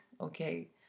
okay